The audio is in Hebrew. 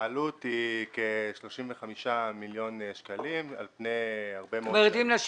העלות היא כ-35 מיליון שקלים על פני הרבה מאוד שנים.